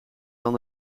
dan